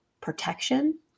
protection